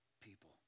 people